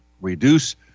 reduce